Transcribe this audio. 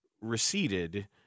receded